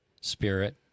spirit